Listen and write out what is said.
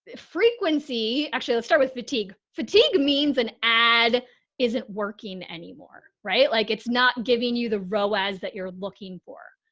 ah frequency. actually let's start with fatigue. fatigue means an ad isn't working anymore, right? like, it's not giving you the roaz as that you're looking for.